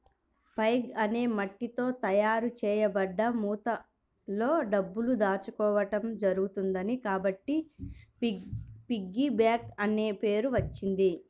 pig అనే మట్టితో తయారు చేయబడ్డ ముంతలో డబ్బులు దాచుకోవడం జరుగుతున్నది కాబట్టి పిగ్గీ బ్యాంక్ అనే పేరు వచ్చింది